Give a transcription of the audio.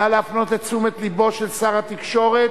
נא להפנות את תשומת לבו של שר התקשורת